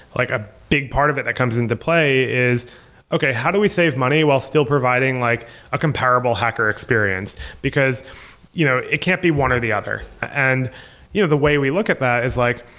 like a big part of it that comes into play is okay, how do we save money while still providing like a comparable hacker experience? because you know it can't be one or the other and you know the way we look at that is like,